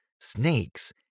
snakes